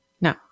No